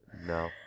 no